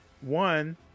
one